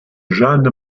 jeanne